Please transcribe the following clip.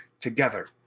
together